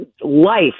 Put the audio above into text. Life